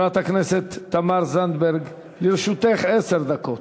חברת הכנסת תמר זנדברג, לרשותך עשר דקות.